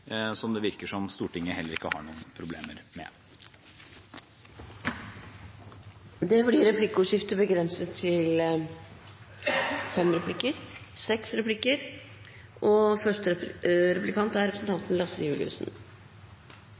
som det virker som om Stortinget heller ikke har noen problemer med. Det blir replikkordskifte.